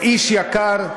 איש יקר,